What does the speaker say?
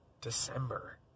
December